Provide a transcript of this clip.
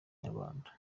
inyarwanda